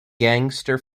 gangster